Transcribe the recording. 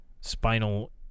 spinal